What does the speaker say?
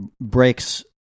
breaks